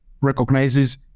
recognizes